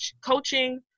coaching